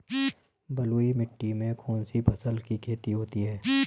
बलुई मिट्टी में कौनसी फसल की खेती होती है?